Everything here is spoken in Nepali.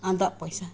अनि त पैसा